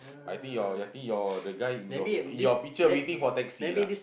i think your i think your the guy in your in your picture waiting for taxi lah